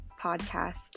podcast